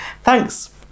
Thanks